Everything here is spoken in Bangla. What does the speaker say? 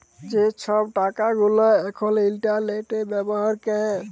যে ছব টাকা গুলা এখল ইলটারলেটে ব্যাভার হ্যয়